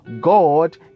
God